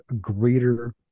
greater